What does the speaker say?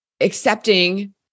accepting